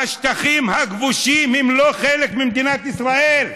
השטחים הכבושים הם לא חלק ממדינת ישראל,